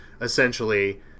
essentially